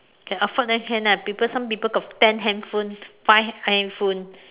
that offer than can ah people some people have ten handphone five handphone